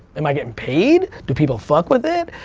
am i getting paid, do people fuck with it?